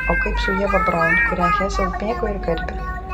o kaip su ieva braun kurią hesas mėgo ir gerbė